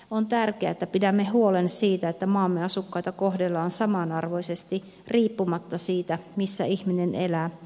on tärkeää että pidämme huolen siitä että maamme asukkaita kohdellaan samanarvoisesti riippumatta siitä missä ihminen elää